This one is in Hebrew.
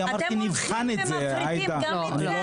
אתם הולכים ומפריטים גם את זה?